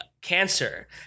cancer